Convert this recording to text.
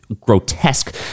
grotesque